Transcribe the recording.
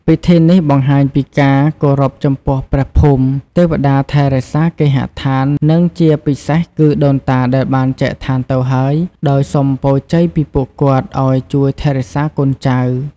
ពិធីនេះបង្ហាញពីការគោរពចំពោះព្រះភូមិ ទេវតាថែរក្សាគេហដ្ឋាន និងជាពិសេសគឺដូនតាដែលបានចែកឋានទៅហើយ ដោយសុំពរជ័យពីពួកគាត់ឲ្យជួយថែរក្សាកូនចៅ។